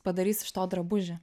padarys iš to drabužį